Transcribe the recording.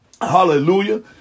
Hallelujah